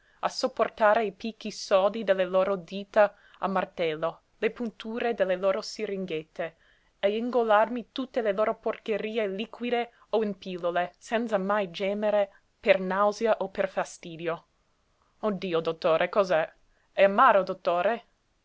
e sopportare i picchi sodi delle loro dita a martello le punture delle loro siringhette e ingollarmi tutte le loro porcherie liquide o in pillole senza mai gemere per nausea o per fastidio oh dio dottore cos'é è amaro dottore